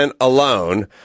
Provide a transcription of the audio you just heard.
alone